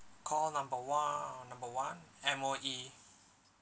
call number o~ number one M_O_E